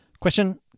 Question